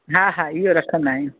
हा हा इहो रखंदा आहियूं